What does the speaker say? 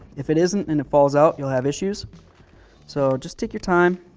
if it isn't and it falls out, you'll have issues so just take your time,